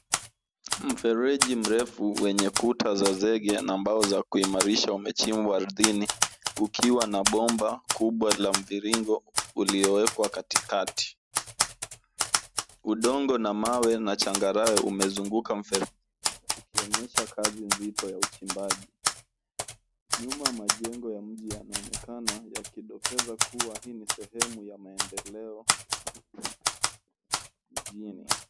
Mfereji mrefu wenye kuta za zege na mbao za kuimarisha umechimbwa ardhini ukiwa na bomba kubwa la mviringo uliowekwa katikati. Udongo na mawe na changarawe umezunguka mfereji ukionyesha kazi nzito ya uchimbaji. Nyuma majengo ya mji yanaonekana yakidokeza kuwa hii ni sehemu ya maendeleo mjini.